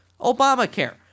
Obamacare